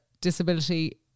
disability